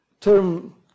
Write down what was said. term